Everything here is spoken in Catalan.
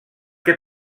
que